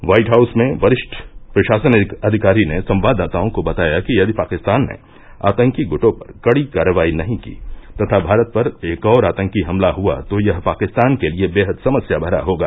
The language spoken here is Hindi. व्हाइट हाऊस में वरिष्ठ प्रशासनिक अधिकारी ने संवाददाताओं को बताया कि यदि पाकिस्तान ने आतंकी गुटों पर कड़ी कार्रवाई नहीं की तथा भारत पर एक और आतंकी हमला हुआ तो यह पाकिस्तान के लिए बेहद समस्या भरा होगा